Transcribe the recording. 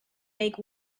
make